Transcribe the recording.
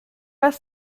pas